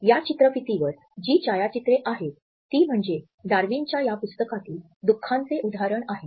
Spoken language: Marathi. या चित्रफितीवर जी छायाचित्रे आहेत ती म्हणजे डार्विनच्या या पुस्तकातील दुखाचे उदाहरण आहे